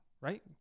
Right